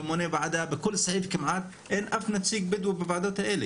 בכל סעיף אין אף נציג בדואי בוועדות.